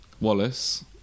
Wallace